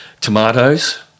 tomatoes